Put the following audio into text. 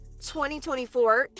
2024